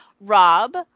Rob